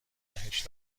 نگهش